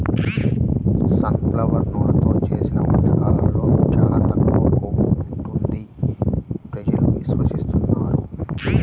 sun flower నూనెతో చేసిన వంటకాల్లో చాలా తక్కువ కొవ్వు ఉంటుంది ప్రజలు విశ్వసిస్తున్నారు